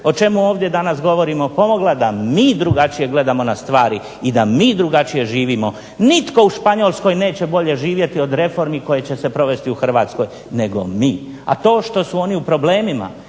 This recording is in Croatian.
o čemu ovdje danas govorimo pomogla da mi drugačije gledamo na stvari i da mi drugačije živimo. Nitko u Španjolskoj neće bolje živjeti od reformi koje će se provesti u Hrvatskoj nego mi. A to što su oni u problemima